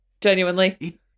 genuinely